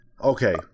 Okay